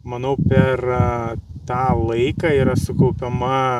manau per tą laiką yra sukaupiama